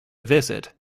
visit